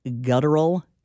guttural